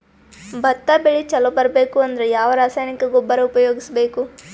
ಭತ್ತ ಬೆಳಿ ಚಲೋ ಬರಬೇಕು ಅಂದ್ರ ಯಾವ ರಾಸಾಯನಿಕ ಗೊಬ್ಬರ ಉಪಯೋಗಿಸ ಬೇಕು?